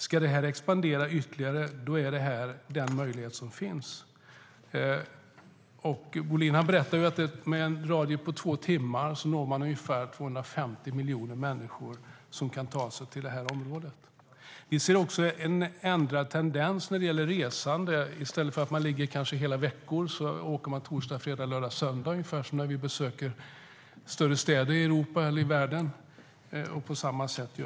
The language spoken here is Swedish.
Ska det expandera ytterligare är en flygplats den möjlighet som finns. Bohlin berättar att med en radie på två timmar når man ungefär 250 miljoner människor som kan ta sig till det här området. Vi ser också en förändrad tendens när det gäller resande. I stället för att man ligger hela veckor åker man torsdag-söndag, ungefär som när man besöker större städer i Europa eller i världen.